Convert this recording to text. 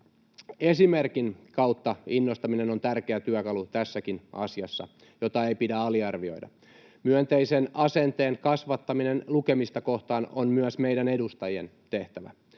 Esimerkin kautta innostaminen on tässäkin asiassa tärkeä työkalu, jota ei pidä aliarvioida. Myönteisen asenteen kasvattaminen lukemista kohtaan on myös meidän edustajien tehtävä.